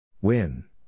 Win